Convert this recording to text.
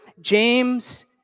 James